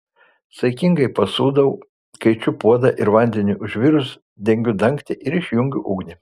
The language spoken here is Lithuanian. saikingai pasūdau kaičiu puodą ir vandeniui užvirus dengiu dangtį ir išjungiu ugnį